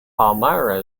palmyra